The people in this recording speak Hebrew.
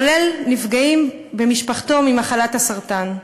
כולל נפגעים במשפחתו ממחלת הסרטן.